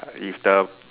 if the